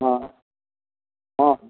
हँ